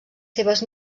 seves